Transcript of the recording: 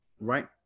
right